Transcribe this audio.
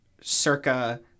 circa